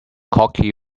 cocky